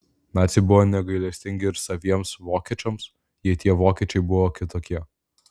naciai buvo negailestingi ir saviems vokiečiams jei tie vokiečiai buvo kitokie